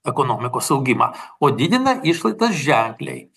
ekonomikos augimą o didina išlaidas ženkliai